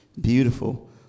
beautiful